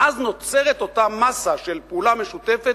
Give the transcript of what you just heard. ואז נוצרת אותה מאסה של פעולה משותפת,